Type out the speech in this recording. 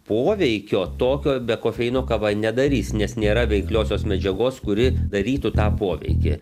poveikio tokio be kofeino kava nedarys nes nėra veikliosios medžiagos kuri darytų tą poveikį